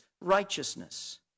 righteousness